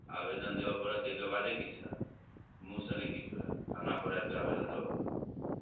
आवेदन देबऽ पड़त ताहिके बादे किछु हैत मुँहसे नहि किछु हैत थानापर आबिके आवेदन देबऽ पड़त